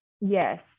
Yes